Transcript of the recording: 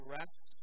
rest